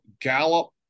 Gallup